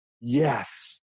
yes